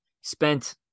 spent